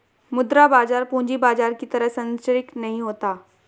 मुद्रा बाजार पूंजी बाजार की तरह सरंचिक नहीं होता